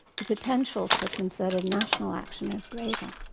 the potential for concerted national action is greater.